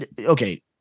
okay